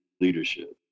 leadership